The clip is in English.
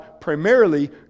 primarily